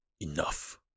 Enough